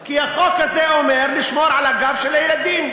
כי החוק הזה אומר: לשמור על הגב של הילדים,